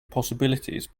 possibilities